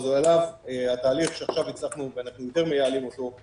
אז עליו התהליך שעכשיו הצלחנו ואנחנו מנהלים אותו.